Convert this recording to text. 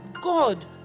God